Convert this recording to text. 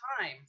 time